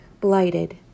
blighted